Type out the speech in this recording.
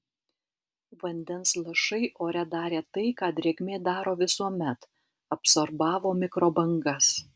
vandens lašai ore darė tai ką drėgmė daro visuomet absorbavo mikrobangas